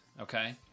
Okay